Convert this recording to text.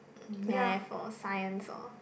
math or science or